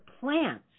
plants